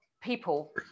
people